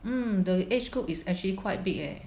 mm the age group is actually quite big leh